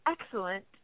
excellent